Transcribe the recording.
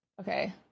okay